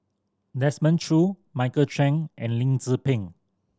Desmond Choo Michael Chiang and Lim Tze Peng